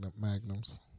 Magnums